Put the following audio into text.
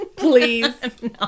Please